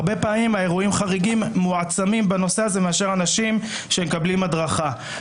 הרבה פעמים אירועים חריגים מועצמים בנושא הזה מאשר אנשים שמקבלים הדרכה.